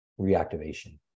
reactivation